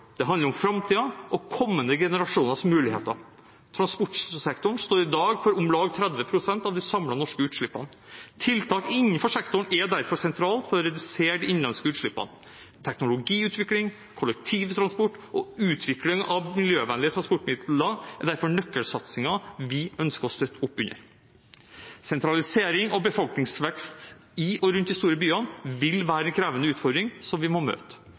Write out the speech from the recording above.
Det handler om framtiden og kommende generasjoners muligheter. Transportsektoren står i dag for om lag 30 pst. av de samlede norske klimautslippene. Tiltak innen sektoren er derfor sentralt for å redusere de innenlandske utslippene. Teknologiutvikling, kollektivtransport og utvikling av miljøvennlige transportmidler er derfor nøkkelsatsinger vi ønsker å støtte opp under. Sentralisering og befolkningsvekst i og rundt de store byene vil være en krevende utfordring som vi må møte.